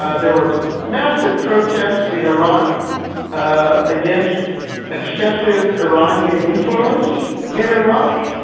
ah there were massive protests in iraq ah against excessive iranian influence in iraq.